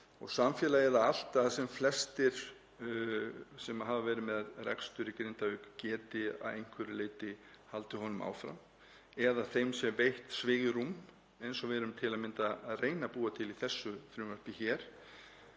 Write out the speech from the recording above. og samfélagið allt, að sem flestir sem hafa verið með rekstur í Grindavík geti að einhverju leyti haldið honum áfram eða þeim sé veitt svigrúm, eins og við erum til að mynda að reyna að búa til í þessu frumvarpi hér.